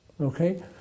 Okay